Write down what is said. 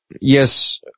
yes